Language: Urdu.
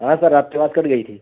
ہاں سر آپ کی آواز کٹ گئی تھی